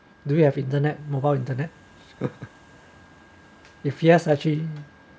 do you have internet mobile internet if yes actually